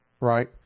right